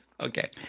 Okay